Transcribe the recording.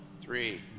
Three